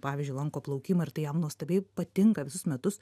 pavyzdžiui lanko plaukimą ir tai jam nuostabiai patinka visus metus